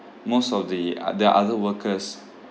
most of the uh the other workers